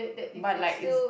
but like it's